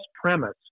premise